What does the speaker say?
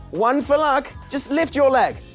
one for luck! just lift your leg.